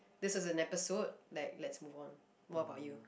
this is an episode like let's move on what about you